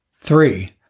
Three